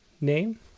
name